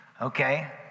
okay